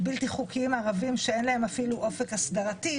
בלתי חוקיים שאין להם אפילו אופק הסדרתי,